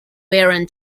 baron